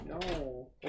No